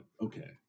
okay